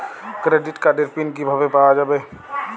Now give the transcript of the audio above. Credit কার্ডের পিন কিভাবে পাওয়া যাবে?